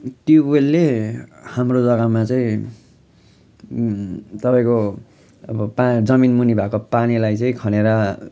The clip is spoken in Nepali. ट्युबवेललले हाम्रो जगामा चाहिँ तपाईँको अब पान् जमिनभित्र भएको पानीलाई चाहिँ खनेर